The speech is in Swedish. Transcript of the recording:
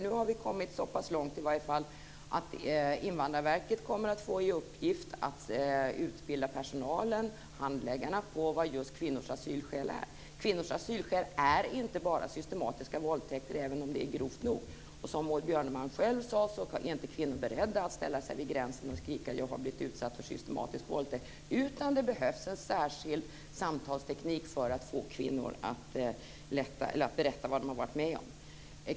Vi har nu kommit så pass långt att Invandrarverket kommer att få i uppgift att utbilda handläggarna i just vad kvinnors asylskäl är. Kvinnors asylskäl är inte bara systematiska våldtäkter, även om det är grovt nog. Som Maud Björnemalm själv sade är inte kvinnor beredda att ställa sig vid gränsen och skrika "jag har blivit utsatt för systematisk våldtäkt". Det behövs en särskild samtalsteknik för att få kvinnor att berätta vad de har varit med om.